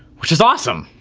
which is awesome.